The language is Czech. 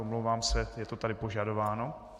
Omlouvám se, je to tady požadováno.